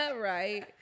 Right